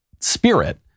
spirit